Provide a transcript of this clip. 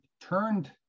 turned